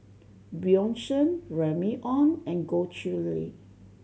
Bjorn Shen Remy Ong and Goh Chiew Lye